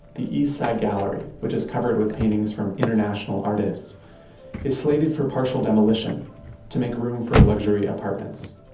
the east side gallery which is covered with paintings from international artists is slated for partial demolition to make room for luxury apartments